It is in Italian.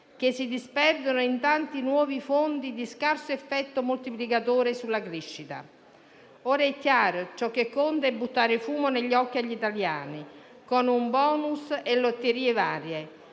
che si disperdono in tanti nuovi fondi di scarso effetto moltiplicatore sulla crescita. Ora è chiaro: ciò che conta è buttare fumo negli occhi agli italiani con *bonus* e lotterie varie,